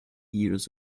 years